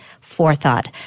forethought